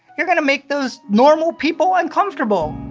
you're going to make those normal people uncomfortable!